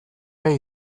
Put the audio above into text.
ere